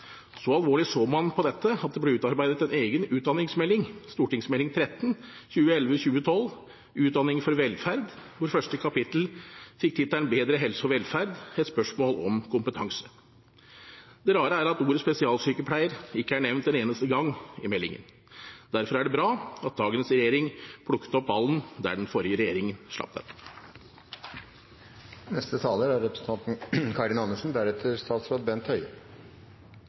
Så alvorlig så man på dette at det ble utarbeidet en egen utdanningsmelding, Meld. St. 13 for 2011–2012 Utdanning for velferd, hvor første kapittel fikk tittelen Bedre helse og velferd – et spørsmål om kompetanse. Det rare er at ordet «spesialsykepleier» ikke er nevnt en eneste gang i meldingen. Derfor er det bra at dagens regjering plukket opp ballen der forrige regjering slapp den. Det er